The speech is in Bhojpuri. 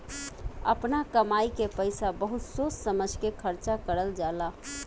आपना कमाई के पईसा बहुत सोच समझ के खर्चा करल जाला